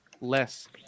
less